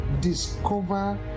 Discover